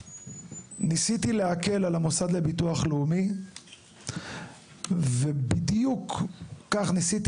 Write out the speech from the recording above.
ניסיתי להקל על המוסד לביטוח לאומי ובדיוק כך ניסיתי